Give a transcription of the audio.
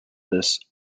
this